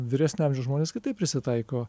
vyresnio amžiaus žmonės kitaip prisitaiko